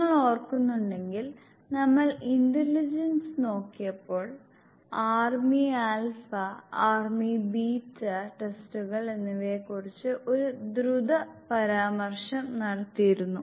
നിങ്ങൾ ഓർക്കുന്നുവെങ്കിൽ നമ്മൾ ഇന്റലിജൻസ് നോക്കിയപ്പോൾ ആർമി ആൽഫ ആർമി ബീറ്റാ ടെസ്റ്റുകൾ എന്നിവയെക്കുറിച്ച് ഒരു ദ്രുത പരാമർശം നടത്തിയിരുന്നു